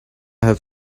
have